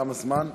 תם הזמן.